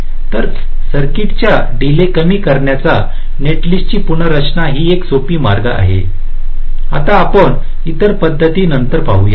तर सर्किचा डीले कमी करण्याचा नेटिस्टची पुनर्रचना ही एक सोपा मार्ग आहे आता आपण इतर पध्दत नंतरही पाहूया